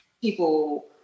People